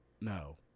No